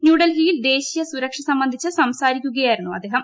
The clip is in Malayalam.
ന്യൂഡൽഹി യിൽ ദേശീയസുരക്ഷ സംബന്ധിച്ച് സംസാരിക്കുകയായിരുന്നു അദ്ദേഹം